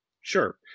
Sure